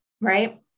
right